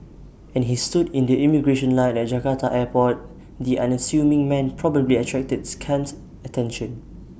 and he stood in the immigration line at Jakarta airport the unassuming man probably attracted scant attention